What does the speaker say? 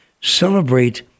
celebrate